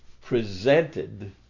presented